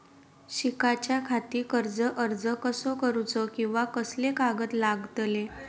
शिकाच्याखाती कर्ज अर्ज कसो करुचो कीवा कसले कागद लागतले?